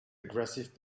aggressive